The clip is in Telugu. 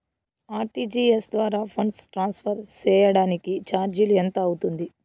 ఆర్.టి.జి.ఎస్ ద్వారా ఫండ్స్ ట్రాన్స్ఫర్ సేయడానికి చార్జీలు ఎంత అవుతుంది